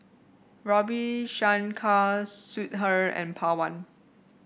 Ravi Shankar Sudhir and Pawan